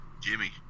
Jimmy